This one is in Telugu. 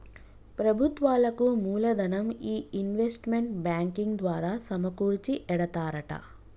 ప్రభుత్వాలకు మూలదనం ఈ ఇన్వెస్ట్మెంట్ బ్యాంకింగ్ ద్వారా సమకూర్చి ఎడతారట